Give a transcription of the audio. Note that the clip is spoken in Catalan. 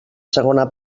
segona